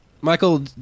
Michael